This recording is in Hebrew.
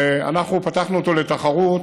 ואנחנו פתחנו אותו לתחרות,